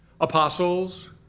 apostles